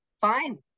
fine